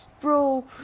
Bro